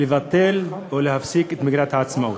לבטל או להפסיק את מגילת העצמאות,